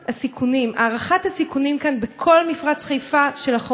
הערכת הסיכונים כאן בכל מפרץ חיפה של החומרים המסוכנים,